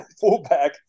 fullback